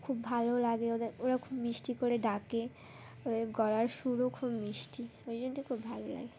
খুব ভালো লাগে ওদের ওরা খুব মিষ্টি করে ডাকে ওদের গলার সুরও খুব মিষ্টি ওই জন্য খুব ভালো লাগে